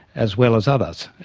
as well as others.